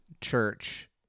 church